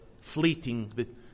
fleeting